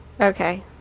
Okay